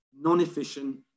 non-efficient